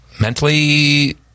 mentally